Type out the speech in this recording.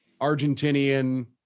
Argentinian